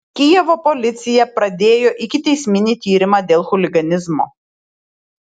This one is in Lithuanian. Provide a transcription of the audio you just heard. kijevo policija pradėjo ikiteisminį tyrimą dėl chuliganizmo